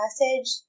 message